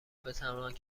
بتوانند